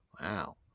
wow